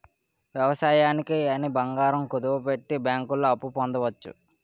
వ్యవసాయానికి అని బంగారం కుదువపెట్టి బ్యాంకుల్లో అప్పు పొందవచ్చు